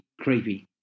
creepy